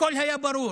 הכול היה ברור.